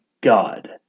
God